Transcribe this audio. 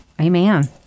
Amen